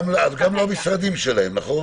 גם לא המשרדים של בתי המשפט, נכון?